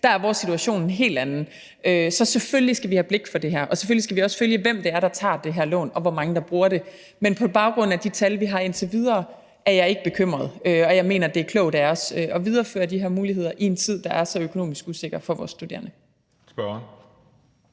Der er vores situation en helt anden. Så selvfølgelig skal vi have blik for det her, og vi skal selvfølgelig også følge, hvem det er, der tager det her lån, og hvor mange der bruger det. Men på baggrund af de tal, vi har indtil videre, er jeg ikke bekymret. Og jeg mener, det er klogt af os at videreføre de her muligheder i en tid, der er så økonomisk usikker for vores studerende.